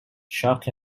shock